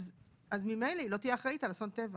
אז ממילא היא לא תהיה אחראית על אסון טבע.